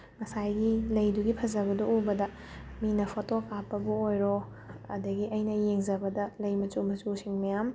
ꯉꯁꯥꯏꯒꯤ ꯂꯩꯗꯨꯒꯤ ꯐꯖꯕꯗꯣ ꯎꯕꯗ ꯃꯤꯅ ꯐꯣꯇꯣ ꯀꯥꯞꯄꯕꯨ ꯑꯣꯏꯔꯣ ꯑꯗꯒꯤ ꯑꯩꯅ ꯌꯦꯡꯖꯕꯗ ꯂꯩ ꯃꯆꯨ ꯃꯆꯨꯁꯤꯡ ꯃꯌꯥꯝ